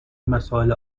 مسائل